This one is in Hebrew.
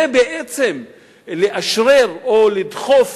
זה בעצם לאשרר או לדחוף